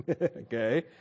Okay